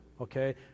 okay